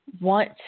want